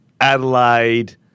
Adelaide